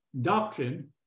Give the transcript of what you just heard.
doctrine